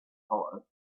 hollow